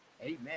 Amen